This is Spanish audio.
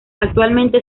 actualmente